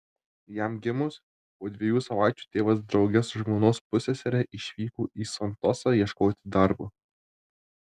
jam gimus po dviejų savaičių tėvas drauge su žmonos pussesere išvyko į santosą ieškoti darbo